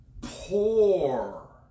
poor